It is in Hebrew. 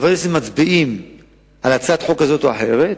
חברי כנסת מצביעים על הצעת חוק זו או אחרת,